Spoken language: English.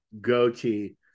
goatee